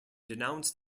denounced